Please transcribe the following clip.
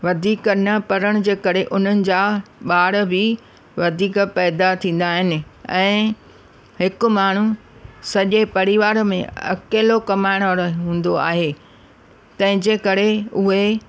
वधीक न पढ़नि जे करे हुननि जा ॿार बि वधीक पैदा थींदा आहिनि ऐं हिकु माण्हू सॼे परिवार में अकेलो कमाइण वारो हूंदो आहे तंहिंजे करे उहे